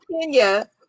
Kenya